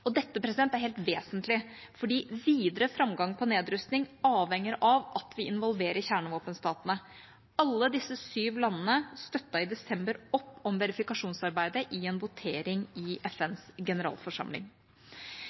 Pakistan. Dette er helt vesentlig fordi en videre framgang for nedrustning avhenger av at vi involverer kjernevåpenstatene. Alle disse syv landene støttet i desember opp om verifikasjonsarbeidet i en votering i